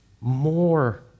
More